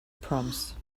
proms